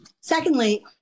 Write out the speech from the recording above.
Secondly